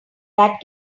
that